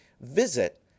visit